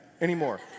anymore